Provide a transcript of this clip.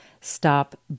stop